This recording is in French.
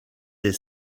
des